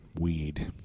weed